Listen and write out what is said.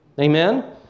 Amen